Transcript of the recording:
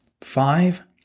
Five